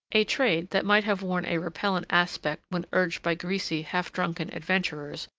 a trade that might have worn a repellent aspect when urged by greasy, half-drunken adventurers,